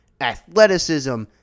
athleticism